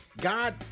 God